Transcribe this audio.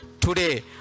Today